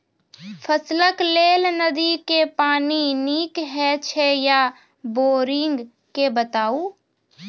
फसलक लेल नदी के पानि नीक हे छै या बोरिंग के बताऊ?